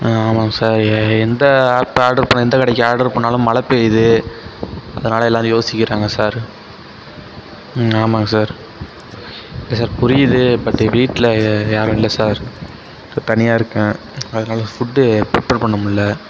ம் ஆமாங்க சார் எ எந்த ஆப் ஆர்டரு ப எந்த கடைக்கு ஆர்டரு பண்ணிணாலும் மழை பெய்யுது அதனாலே எல்லோரும் யோசிக்கிறாங்க சார் ம் ஆமாங்க சார் இல்லை சார் புரியுது பட்டு வீட்டில் யாரும் இல்லை சார் இப்போ தனியாக இருக்கேன் அதனால் ஃபுட்டு பிரிப்பேர் பண்ண முடில்ல